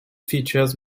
features